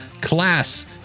Class